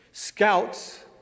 Scouts